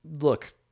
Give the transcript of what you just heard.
Look